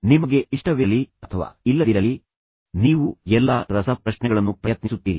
ನಿಮಗೆ ಇಷ್ಟವಿರಲಿ ಅಥವಾ ಇಲ್ಲದಿರಲಿ ನೀವು ಎಲ್ಲಾ ರಸಪ್ರಶ್ನೆಗಳನ್ನು ಪ್ರಯತ್ನಿಸುತ್ತೀರಿ